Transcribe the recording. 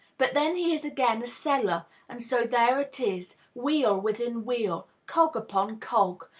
but then he is again a seller and so there it is wheel within wheel, cog upon cog.